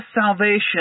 salvation